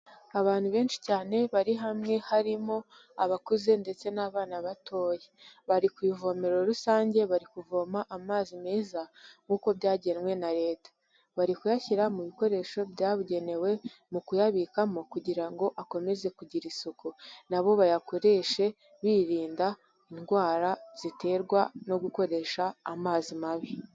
Abantu benshi cyane bari hamwe, harimo abakuze ndetse n'abana batoya. Bari ku ivomero rusange, bari kuvoma amazi meza nk'uko byagenwe na Leta. Bari kuyashyira mu bikoresho byabugenewe mu kuyabikamo kugira ngo akomeze kugira isuku. Na bo bayakoreshe birinda indwara ziterwa no gukoresha amazi mabi.